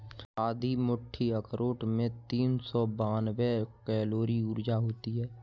आधी मुट्ठी अखरोट में तीन सौ बानवे कैलोरी ऊर्जा होती हैं